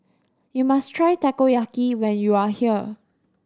you must try Takoyaki when you are here